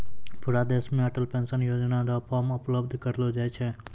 पूरा देश मे अटल पेंशन योजना र फॉर्म उपलब्ध करयलो जाय छै